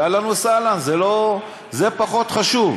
ואהלן וסהלן, זה פחות חשוב.